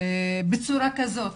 בצורה כזאת.